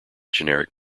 generic